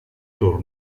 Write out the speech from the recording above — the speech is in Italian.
tour